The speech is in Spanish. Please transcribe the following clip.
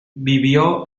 vivió